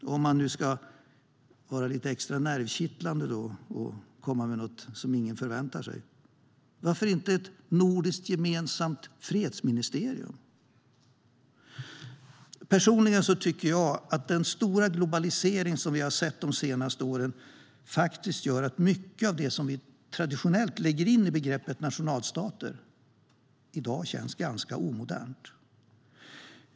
Man kan också vara lite extra nervkittlande och komma med något som ingen förväntar sig: Varför inte ett gemensamt nordiskt fredsministerium? Personligen tycker jag att den stora globalisering som vi har sett de senaste åren faktiskt gör att mycket av det som vi traditionellt lägger in i begreppet nationalstater i dag känns ganska omodernt.